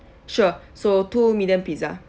sure so two medium pizza